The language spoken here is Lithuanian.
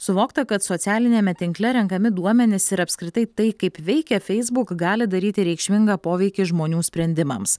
suvokta kad socialiniame tinkle renkami duomenys ir apskritai tai kaip veikia facebook gali daryti reikšmingą poveikį žmonių sprendimams